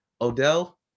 Odell